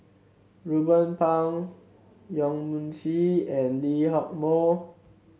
Ruben Pang Yong Mun Chee and Lee Hock Moh